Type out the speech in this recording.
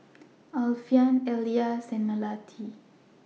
Alfian Elyas and Melati